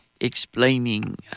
explaining